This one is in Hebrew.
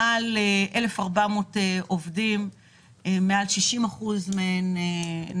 יש במשרד הכלכלה מעל 1,400 עובדים - מעל 60% מהם הן נשים.